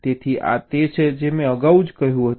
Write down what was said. તેથી આ તે છે જે મેં અગાઉ કહ્યું હતું